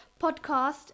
podcast